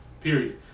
Period